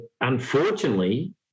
unfortunately